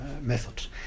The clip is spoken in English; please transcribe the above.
methods